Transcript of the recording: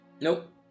Nope